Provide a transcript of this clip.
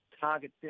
target